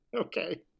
Okay